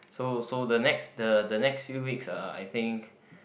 so so the next the next few weeks I think